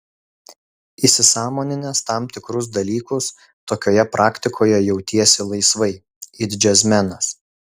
įsisąmoninęs tam tikrus dalykus tokioje praktikoje jautiesi laisvai it džiazmenas